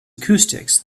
acoustics